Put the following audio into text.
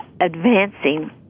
advancing